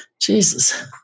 Jesus